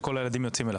שכל הילדים יוצאים אליו.